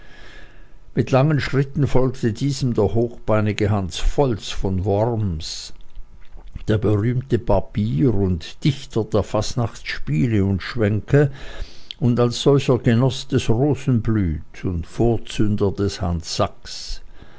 mit langen schritten folgte diesem der hochbeinige hans folz von worms der berühmte barbier und dichter der fastnachtsspiele und schwänke und als solcher genoß des rosenblüt und vorzünder des hans sachs